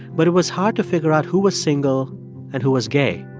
but it was hard to figure out who was single and who was gay.